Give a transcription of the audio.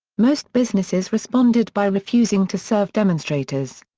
most businesses responded by refusing to serve demonstrators.